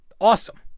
awesome